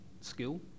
skill